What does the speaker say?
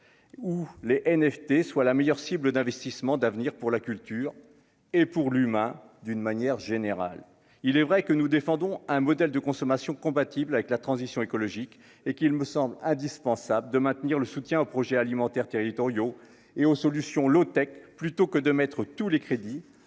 ou les NFT, soit la meilleure cible d'investissements d'avenir pour la culture et pour l'humain d'une manière générale, il est vrai que nous défendons un modèle de consommation compatible avec la transition écologique et qu'il me semble indispensable de maintenir le soutien aux projets alimentaires territoriaux et aux solutions low-tech plutôt que de mettre tous les crédits